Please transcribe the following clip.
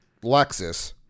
Lexus